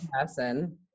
person